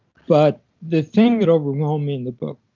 but the thing that overwhelmed me in the book,